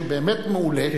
שהוא באמת מעולה,